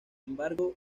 embargo